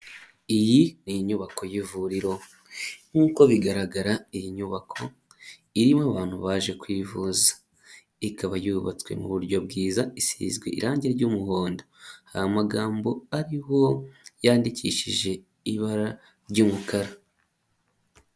Iyi ni inyubako y'ivuriro. Nk'uko bigaragara iyi nyubako irimo abantu baje kwivuza. Ikaba yubatswe mu buryo bwiza isizwe irangi ry'umuhondo. Hari magambo ariho yandikishije ibara ry'umukara.